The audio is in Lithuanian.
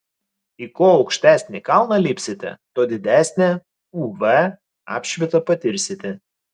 į kuo aukštesnį kalną lipsite tuo didesnę uv apšvitą patirsite